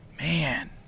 Man